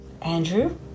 Andrew